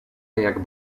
jak